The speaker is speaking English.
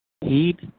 heat